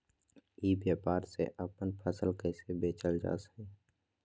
ई व्यापार से अपन फसल कैसे बेचल जा हाय?